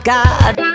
God